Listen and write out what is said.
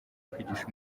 kwigisha